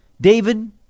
David